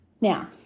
Now